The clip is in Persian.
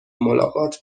ملاقات